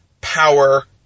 power